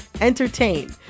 entertain